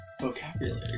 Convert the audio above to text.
Vocabulary